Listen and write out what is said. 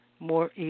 more